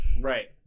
Right